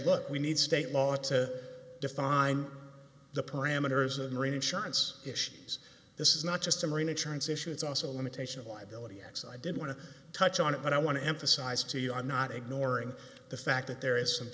look we need state law to define the parameters of marine insurance issues this is not just a marina chance issue it's also a limitation of liability yes i did want to touch on it but i want to emphasize to you i'm not ignoring the fact that there is some